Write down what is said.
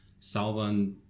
Salvan